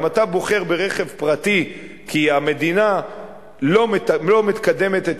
אם אתה בוחר ברכב פרטי כי המדינה לא מקדמת את